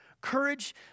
Courage